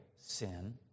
sin